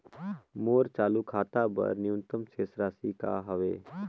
मोर चालू खाता बर न्यूनतम शेष राशि का हवे?